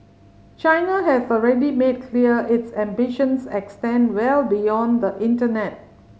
China has already made clear its ambitions extend well beyond the internet